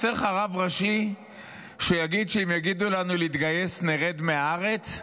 חסר לך רב ראשי שיגיד שאם יגידו לנו להתגייס נרד מהארץ?